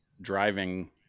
driving